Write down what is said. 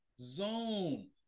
zone